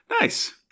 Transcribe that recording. Nice